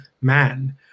man